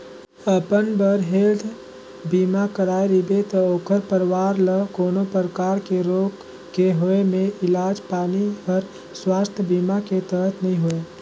अपन बर हेल्थ बीमा कराए रिबे त ओखर परवार ल कोनो परकार के रोग के होए मे इलाज पानी हर सुवास्थ बीमा के तहत नइ होए